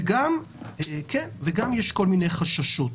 יש גם כל מיני חששות.